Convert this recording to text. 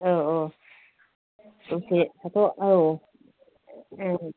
औ औ दसे थाथ' औ औ